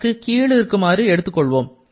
அதற்கு கீழிருக்குமாறு எடுத்துக் கொள்வோம்